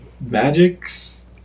magics